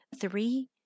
Three